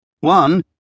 One